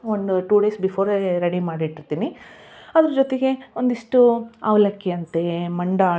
ಒಂದು two days before ready ಮಾಡಿ ಇಟ್ಟಿರ್ತೀನಿ ಅದ್ರ ಜೊತೆಗೆ ಒಂದಿಷ್ಟು ಅವಲಕ್ಕಿ ಅಂತೆ ಮಂಡಾಳು